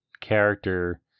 character